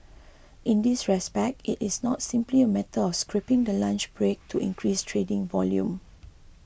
in this respect it is not simply a matter of scrapping the lunch break to increase trading volume